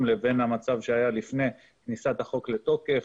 לבין המצב שהיה לפני כניסת החוק לתוקף,